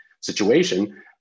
situation